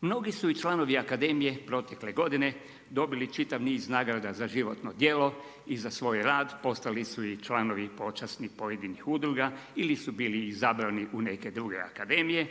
Mnogi su i članovi akademije protekle godine dobili čitav niz nagrada za životno djelo i za svoj rad, postali su i članovi počasni pojedinih udruga ili su bili izabrani u neke druge akademije